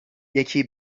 یکی